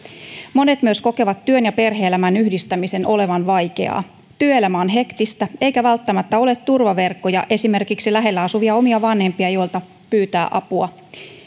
monet myös kokevat työn ja perhe elämän yhdistämisen olevan vaikeaa työelämä on hektistä eikä välttämättä ole turvaverkkoja esimerkiksi lähellä asuvia omia vanhempia joilta pyytää apua